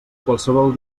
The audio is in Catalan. qualsevol